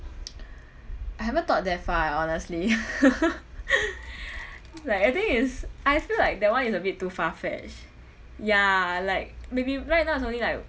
I haven't thought that far like honestly like I think is I feel like that one is a bit too far fetched ya like maybe right now is only like